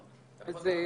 בבקשה.